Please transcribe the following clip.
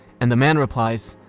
and the man replies,